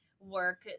work